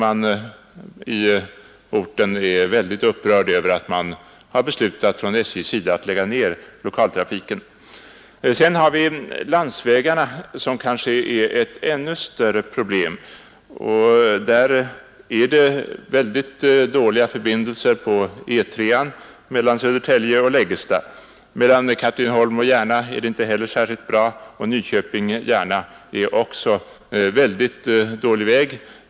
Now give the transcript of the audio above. Man är i orten mycket upprörd över att SJ har beslutat lägga ner lokaltrafiken. Sedan har vi också landsvägarna, som är kanske ett ännu större problem. Där är förbindelserna mellan Södertälje och Läggesta på Europaväg 3 mycket dåliga. Mellan Katrineholm och Järna är förbindelserna inte heller särskilt bra, och på sträckan Nyköping—Järna är vägen delvis mycket dålig.